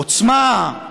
עוצמה,